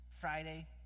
Friday